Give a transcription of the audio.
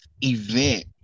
event